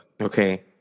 Okay